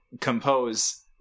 compose